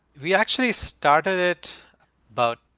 we actually started it about,